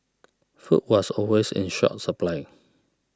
food was always in short supply